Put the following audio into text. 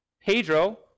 Pedro